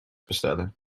bestellen